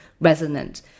resonant